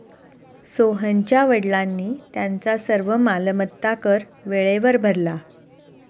सोहनच्या वडिलांनी त्यांचा सर्व मालमत्ता कर वेळेवर भरला